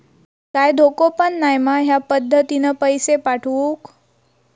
काय धोको पन नाय मा ह्या पद्धतीनं पैसे पाठउक?